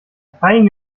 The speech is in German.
fein